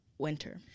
winter